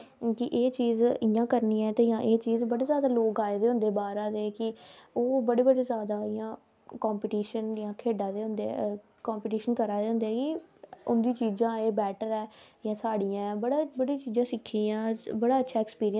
ते टीबी चैनयां होई गेआ जम्मू कशमीर अपडेटस जे के चैनल जे के मीडिया चैनल एहदे कोला लोक ज्यादा सुनदे ना क्योंकि जेहडे़ अनपढ लोग होंदे ओह् अख़वारां नेईं पढी सकदे ते ओह् ज्यादा मतलब इयां चांहदे कि